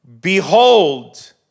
behold